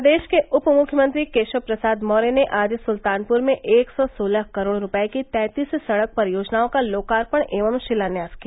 प्रदेश के उपमुख्यमंत्री केशव प्रसाद मौर्य ने आज सुल्तानपुर में एक सौ सोलह करोड़ रूपये की तैंतीस सड़क परियोजनाओं का लोकार्पण एवं शिलान्यास किया